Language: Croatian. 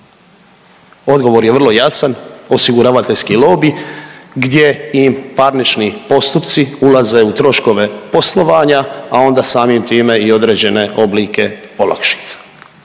Odgovor je vrlo jasan, osiguravateljski lobi gdje im parnični postupci ulaze u troškove poslovanja, a onda samim time i određene oblike olakšica.